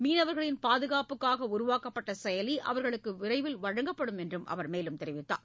மீனவர்களின் பாதுகாப்புக்காக உருவாக்கப்ட்ட செயலி அவர்களுக்கு விரைவில் வழங்கப்படும் என்று அவர் தெரிவித்தார்